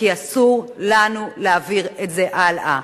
כי אסור לנו להעביר את זה הלאה.